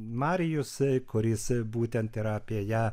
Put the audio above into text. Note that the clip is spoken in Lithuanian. marijus kuris būtent ir apie ją